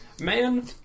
Man